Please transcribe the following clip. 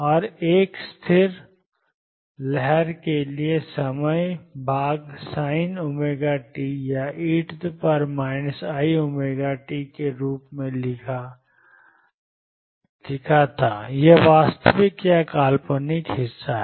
और एक स्थिर लहर के लिए समय भाग sin ωt या e iωt के रूप में था यह वास्तविक या काल्पनिक हिस्सा है